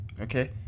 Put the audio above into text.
okay